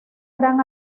gran